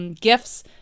gifts